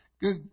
good